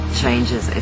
changes